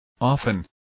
Often